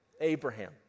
Abraham